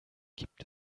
gibt